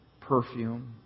perfume